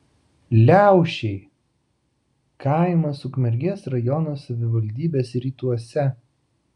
liaušiai kaimas ukmergės rajono savivaldybės rytuose